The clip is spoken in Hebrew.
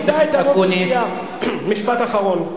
משפט אחרון.